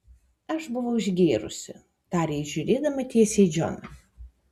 aš buvau išgėrusi tarė ji žiūrėdama tiesiai į džoną